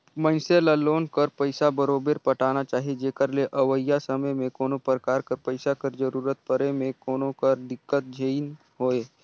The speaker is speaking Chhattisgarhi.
मइनसे ल लोन कर पइसा बरोबेर पटाना चाही जेकर ले अवइया समे में कोनो परकार कर पइसा कर जरूरत परे में कोनो कर दिक्कत झेइन होए